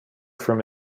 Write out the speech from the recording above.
from